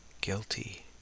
guilty